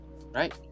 Right